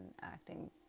acting